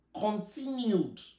continued